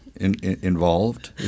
involved